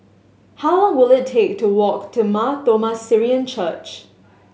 how long will it take to walk to Mar Thoma Syrian Church